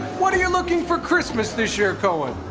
what are you looking for christmas this year, cohen?